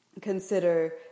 consider